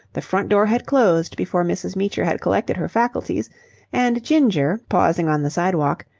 the front door had closed before mrs. meecher had collected her faculties and ginger, pausing on the sidewalk,